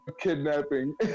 kidnapping